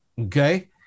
Okay